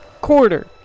quarter